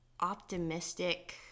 optimistic